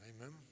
Amen